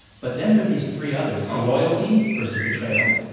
but then there are these three others loyalty versus betrayal,